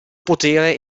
potere